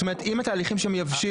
זאת אומרת אם התהליכים שם יבשילו,